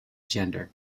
gender